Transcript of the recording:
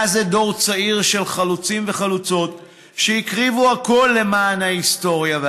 היה זה דור צעיר של חלוצים וחלוצות שהקריבו הכול למען ההיסטוריה והחזון.